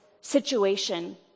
situation